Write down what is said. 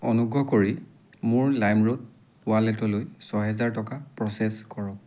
অনুগ্ৰহ কৰি মোৰ লাইমৰোড ৱালেটলৈ ছহেজাৰ টকা প্ৰ'চেছ কৰক